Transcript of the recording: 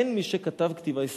אין מי שכתב כתיבה היסטורית,